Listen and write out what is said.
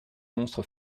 monstre